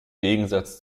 gegensatz